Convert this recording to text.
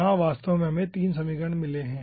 यहां वास्तव में हमे 3 समीकरण मिले हैं